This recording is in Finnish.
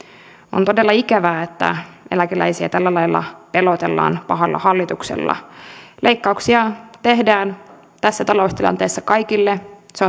on todella ikävää että eläkeläisiä tällä lailla pelotellaan pahalla hallituksella leikkauksia tehdään tässä taloustilanteessa kaikille se